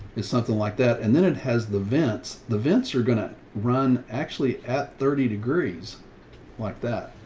is something like that. and then it has the vents. the vents are gonna run actually at thirty degrees like that.